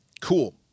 cool